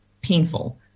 painful